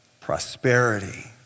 Prosperity